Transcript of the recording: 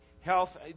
health